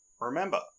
Remember